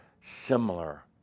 similar